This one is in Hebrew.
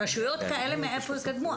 מאיפה רשויות כאלה יקדמו?